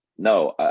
No